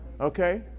Okay